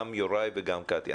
גם יוראי וגם קטי,